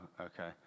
okay